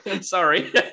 sorry